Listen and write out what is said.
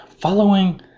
following